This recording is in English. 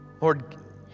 Lord